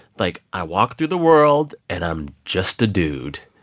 like, i walk through the world, and i'm just a dude.